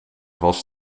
was